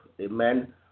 amen